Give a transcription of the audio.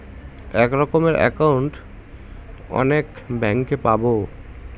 এক রকমের একাউন্ট অনেক ব্যাঙ্কে পাবো